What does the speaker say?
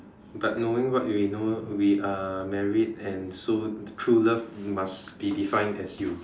but knowing what we know we are married and so true love must be defined as you